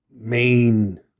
main